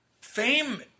fame